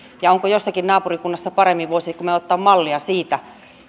tai onko jossakin naapurikunnassa paremmin ja voisimmeko ottaa mallia siitä